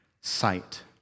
sight